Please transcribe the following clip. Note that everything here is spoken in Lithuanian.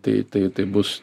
tai tai tai bus